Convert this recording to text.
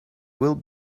will